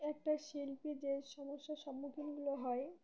একটা শিল্পী যে সমস্যার সম্মুখীনগুলো হয়